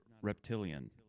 reptilian